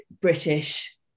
British